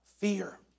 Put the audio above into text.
fear